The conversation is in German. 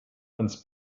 ans